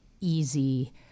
easy